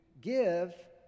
give